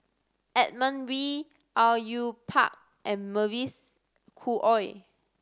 Edmund Wee Au Yue Pak and Mavis Khoo Oei